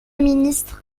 ministre